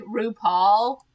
RuPaul